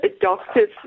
doctor's